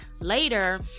later